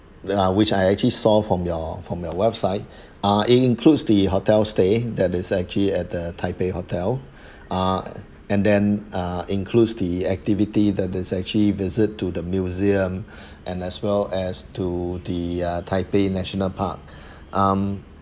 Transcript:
ya which I actually saw from your from your website ah it includes the hotel stay that is actually at the taipei hotel uh and then uh includes the activity that is actually visit to the museum and as well as to the uh taipei national park um